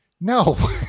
No